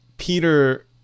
peter